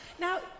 Now